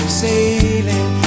sailing